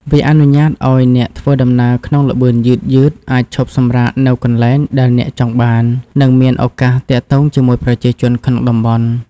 វាអនុញ្ញាតឱ្យអ្នកធ្វើដំណើរក្នុងល្បឿនយឺតៗ អាចឈប់សម្រាកនៅកន្លែងដែលអ្នកចង់បាន និងមានឱកាសទាក់ទងជាមួយប្រជាជនក្នុងតំបន់។